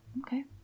Okay